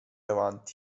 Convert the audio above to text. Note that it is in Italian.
avanti